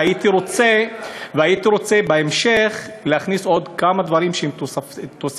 והייתי רוצה בהמשך להכניס עוד כמה דברים שהם תוספות,